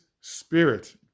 spirit